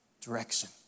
direction